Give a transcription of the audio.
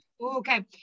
Okay